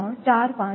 0345V1 0